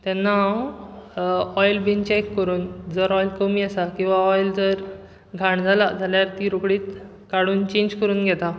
तेन्ना हांव ओयल बीन चॅक करून जर ऑयल बीन कमी आसा तर ऑयल घाण जाला तर ती रोखडीच काडून चेंज करून घेता